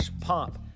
pomp